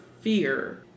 fear